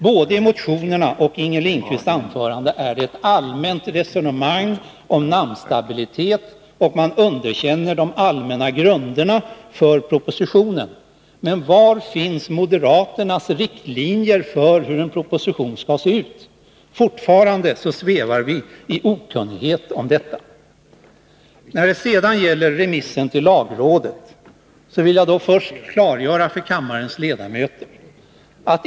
Både i motionerna och i Inger Lindquists anförande förs det ett allmänt resonemang om namnstabilitet, och man underkänner de allmänna grunderna för propositionen. Men var finns moderaternas riktlinjer för hur en proposition skall se ut? Fortfarande svävar vi i okunnighet om detta. När det sedan gäller remissen till lagrådet vill jag först klargöra följande för kammarens ledamöter.